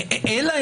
יכול